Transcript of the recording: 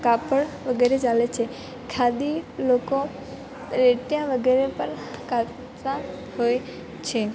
કાપડ વગેરે ચાલે છે ખાદી લોકો એ ત્યાં વગેરે પણ હોય છે